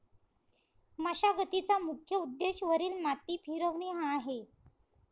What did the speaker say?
मशागतीचा मुख्य उद्देश वरील माती फिरवणे हा आहे